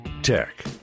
Tech